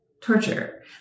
torture